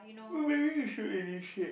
maybe you should initiate